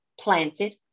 planted